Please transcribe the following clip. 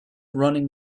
running